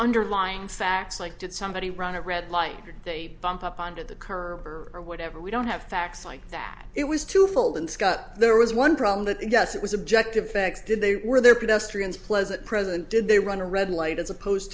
underlying facts like did somebody run a red light or they bump up on to the curb or or whatever we don't have facts like that it was twofold and scott there was one problem that yes it was objective facts did they were there pedestrians pleasant president did they run a red light as opposed